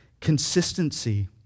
consistency